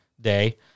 Day